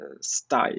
style